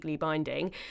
Binding